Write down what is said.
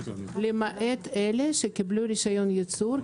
למעט אלה שקיבלו רישיון ייצור,